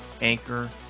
Anchor